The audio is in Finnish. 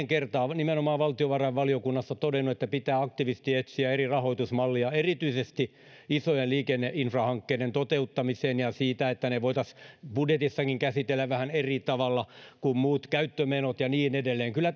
kertaan nimenomaan valtiovarainvaliokunnassa todennut että pitää aktiivisesti etsiä eri rahoitusmalleja erityisesti isojen liikenneinfrahankkeiden toteuttamiseen ja että ne voitaisiin budjeteissakin käsitellä vähän eri tavalla kuin muut käyttömenot ja niin edelleen kyllä